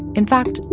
in fact,